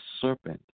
serpent